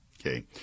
Okay